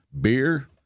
Beer